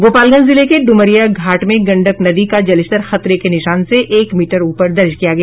गोपालगंज जिले के ड्मरिया घाट में गंडक नदी का जलस्तर खतरे के निशान से एक मीटर ऊपर दर्ज किया गया